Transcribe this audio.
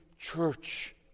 Church